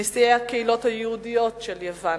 נשיאי הקהילות היהודיות של יוון,